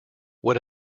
what